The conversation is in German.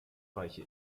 reiche